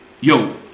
yo